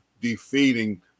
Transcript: defeating